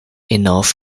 enough